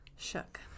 Shook